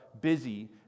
busy